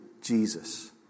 Jesus